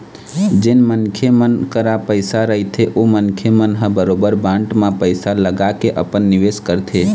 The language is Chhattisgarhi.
जेन मनखे मन करा पइसा रहिथे ओ मनखे मन ह बरोबर बांड म पइसा लगाके अपन निवेस करथे